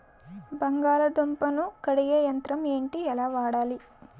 బంగాళదుంప ను కడిగే యంత్రం ఏంటి? ఎలా వాడాలి?